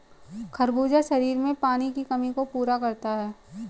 खरबूजा शरीर में पानी की कमी को पूरा करता है